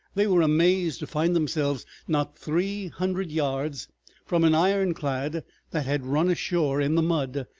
they were amazed to find themselves not three hundred yards from an ironclad that had run ashore in the mud,